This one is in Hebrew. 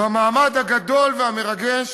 במעמד הגדול והמרגש